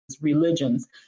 religions